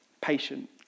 patient